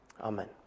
Amen